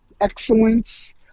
excellence